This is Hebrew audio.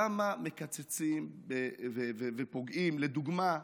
למה מקצצים ופוגעים, לדוגמה,